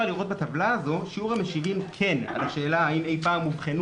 לראות בטבלה שיעור המשיבים "כן" על השאלה האם אי פעם אובחנו